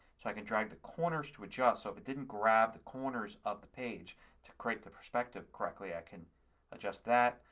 i can drag the corners to adjust. so if it didn't grab the corners of the page to create the perspective correctly i can adjust that.